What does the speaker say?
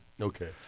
Okay